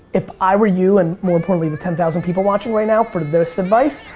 if i were you and more importantly the ten thousand people watching right now for this advice,